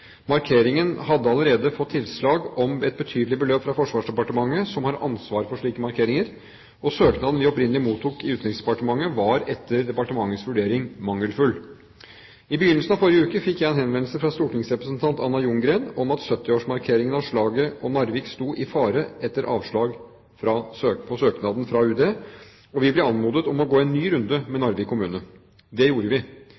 Markeringen hadde allerede fått tilslag om et betydelig beløp fra Forsvarsdepartementet, som har ansvar for slike markeringer, og søknaden vi opprinnelig mottok i Utenriksdepartementet, var etter departementets vurdering mangelfull. I begynnelsen av forrige uke fikk jeg en henvendelse fra stortingsrepresentant Anna Ljunggren om at 70-årsmarkeringen av slaget om Narvik sto i fare etter avslag på søknaden fra Utenriksdepartementet, og vi ble anmodet om å gå en runde til med Narvik kommune. Det gjorde vi.